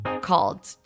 called